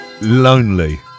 Lonely